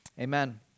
amen